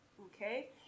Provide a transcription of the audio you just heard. okay